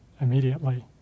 immediately